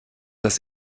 das